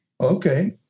Okay